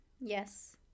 Yes